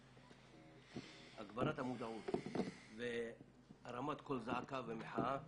הגברת המודעות והרמת קול זעקה ומחאה